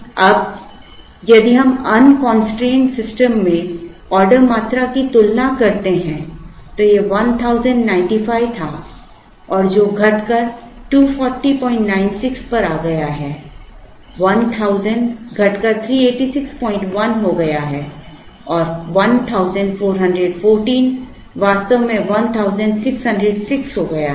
अब यदि हम अनकंस्ट्रेंड सिस्टम में ऑर्डर मात्रा की तुलना करते हैं तो यह 1095 था और जो घटकर 24096 पर आ गया है 1000 घटकर 3861 हो गया और 1414 वास्तव में 1606 हो गया है